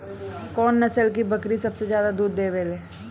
कौन नस्ल की बकरी सबसे ज्यादा दूध देवेले?